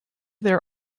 their